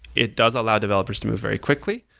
it does allow developers to move very quickly,